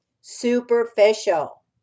superficial